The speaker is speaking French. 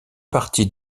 partie